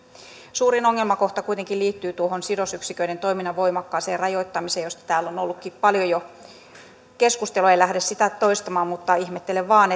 suurin ongelmakohta kuitenkin liittyy sidosyksiköiden toiminnan voimakkaaseen rajoittamiseen josta täällä on ollutkin paljon jo keskustelua en lähde sitä toistamaan mutta ihmettelen vain